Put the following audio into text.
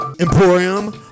emporium